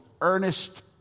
earnest